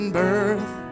birth